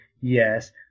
yes